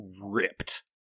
ripped